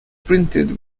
printed